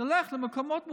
נלך למקומות מעורבים,